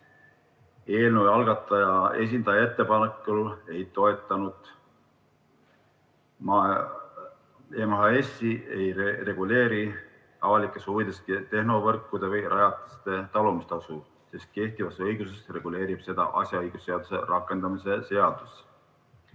Eelnõu algataja esindaja ettepanekut ei toetanud. MHS ei reguleeri avalikes huvides tehnovõrkude või ‑rajatiste talumistasu, sest kehtivas õiguses reguleerib seda asjaõigusseaduse rakendamise seadus.